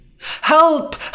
Help